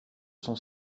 son